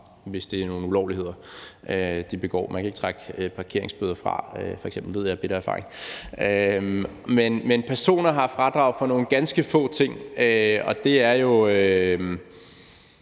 hvis der er tale om nogle ulovligheder, de begår. Man kan f.eks. ikke trække parkeringsbøder fra – det ved jeg af bitter erfaring. Men personer har fradrag for nogle ganske få ting, og der er f.eks.